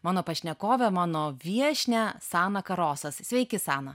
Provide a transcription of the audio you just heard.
mano pašnekovę mano viešnią saną karosas sveiki sana